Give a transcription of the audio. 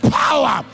power